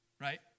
Right